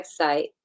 website